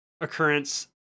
occurrence